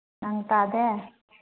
ꯅꯪ ꯇꯥꯗꯦ